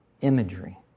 imagery